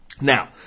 Now